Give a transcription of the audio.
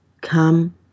Come